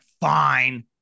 fine